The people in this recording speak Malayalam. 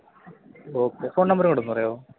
ഓക്കെ ഫോൺ നമ്പർ കൂടൊന്നു പറയാമോ